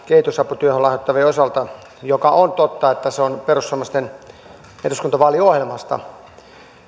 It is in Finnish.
kehitysaputyöhön lahjoittavien osalta josta on totta että se on perussuomalaisten eduskuntavaaliohjelmasta